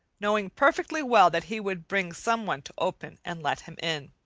knowing perfectly well that he would bring some one to open and let him in.